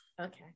Okay